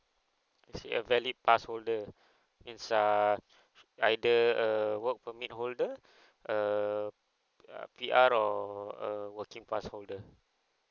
I see a valid pass holder means err either a work permit holder a uh P_R or a working pass holder